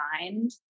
mind